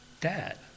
dad